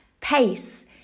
pace